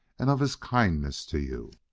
and of his kindness to you.